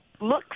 look